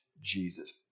Jesus